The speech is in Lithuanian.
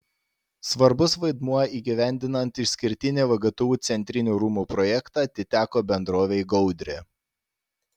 svarbus vaidmuo įgyvendinant išskirtinį vgtu centrinių rūmų projektą atiteko bendrovei gaudrė